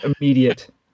immediate